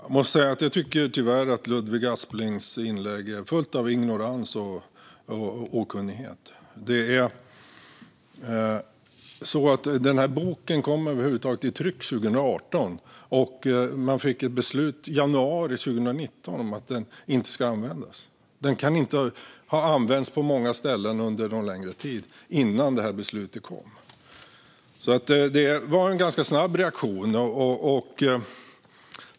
Fru talman! Jag måste säga att jag tycker att Ludvig Asplings inlägg tyvärr är fullt av ignorans och okunnighet. Den här boken kom i tryck 2018, och man fick ett beslut i januari 2019 om att den inte ska användas. Den kan inte ha använts på många ställen under någon längre tid innan beslutet kom. Det var alltså en ganska snabb reaktion.